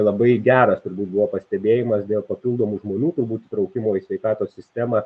labai geras turbūt buvo pastebėjimas dėl papildomų žmonių turbūt įtraukimo į sveikatos sistemą